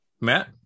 Matt